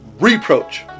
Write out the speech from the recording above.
Reproach